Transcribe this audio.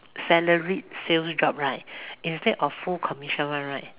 salaried sales job right instead of full commission one right